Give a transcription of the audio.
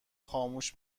خاموش